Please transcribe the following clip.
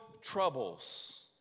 troubles